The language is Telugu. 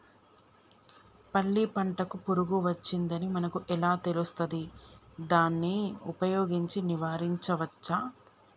పల్లి పంటకు పురుగు వచ్చిందని మనకు ఎలా తెలుస్తది దాన్ని ఉపయోగించి నివారించవచ్చా?